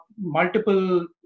multiple